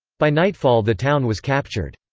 by nightfall the town was captured.